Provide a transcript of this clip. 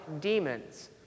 demons